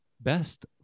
best